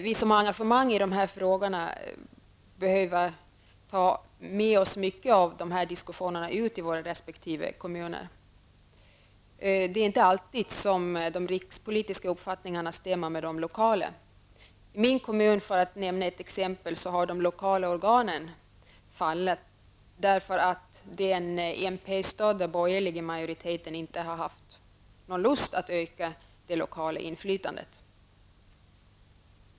Vi som har engagemang i dessa frågor behöver ta med oss mycket av de här diskussionerna ut i våra resp.kommuner. Det är inte alltid som de rikspolitiska uppfattningarna stämmer med de lokala. I min kommun, för att nämna ett exempel, har de lokala organen fallit därför att den borgerliga majoriteten där inte har haft någon lust att öka det lokala inflytandet.